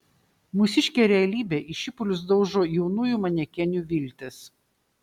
mūsiškė realybė į šipulius daužo jaunųjų manekenių viltis